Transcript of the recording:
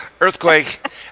earthquake